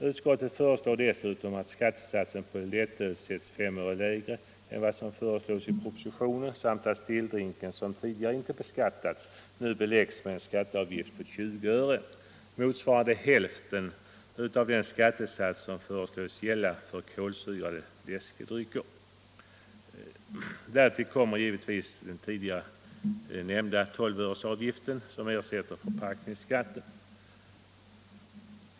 Utskottet föreslår dessutom att skattesatsen på lättöl sätts 5 öre lägre än vad som föreslås i propositionen samt att stilldrinken, som tidigare inte beskattats, nu beläggs med en avgift på 20 öre, motsvarande hälften av den skattesats som föreslås gälla för kolsyrade läskedrycker. Därtill kommer givetvis den tidigare nämnda 12-öresavgiften som ersätter förpackningsskatten.